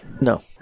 No